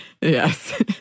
Yes